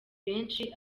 benshi